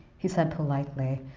he said politely.